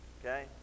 Okay